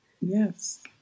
Yes